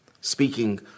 speaking